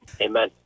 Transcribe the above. Amen